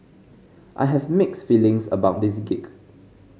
I have mixed feelings about this gig